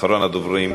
אחרון הדוברים?